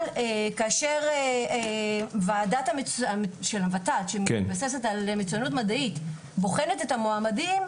אבל כאשר ועדת הות"ת שמתבססת על מצויינות מדעית בוחנת את המועמדים,